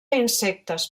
insectes